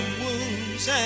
wounds